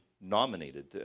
nominated